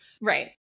Right